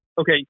Okay